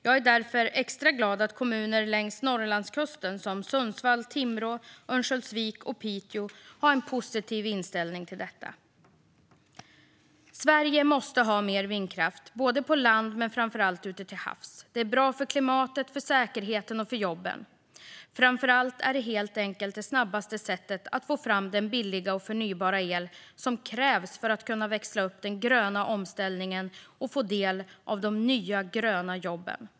Jag är därför extra glad att kommuner längs Norrlandskusten, såsom Sundsvall, Timrå, Örnsköldsvik och Piteå, har en positiv inställning till detta. Sverige måste ha mer vindkraft, på land och framför allt ute till havs. Det är bra för klimatet, för säkerheten och för jobben. Framför allt är det helt enkelt det snabbaste sättet att få fram den billiga och förnybara el som krävs för att kunna växla upp den gröna omställningen och få del av de nya gröna jobben.